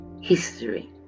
history